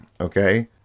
Okay